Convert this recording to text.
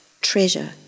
treasure